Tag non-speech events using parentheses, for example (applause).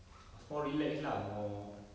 (noise) was more relaxed lah more